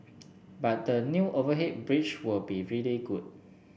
but the new overhead bridge will be really good